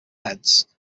heads